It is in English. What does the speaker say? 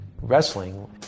wrestling